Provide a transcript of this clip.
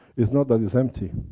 it's not that it's empty.